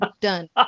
done